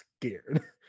scared